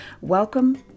welcome